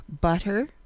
butter